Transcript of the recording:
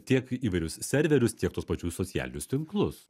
tiek įvairius serverius tiek tuos pačius socialinius tinklus